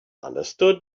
understood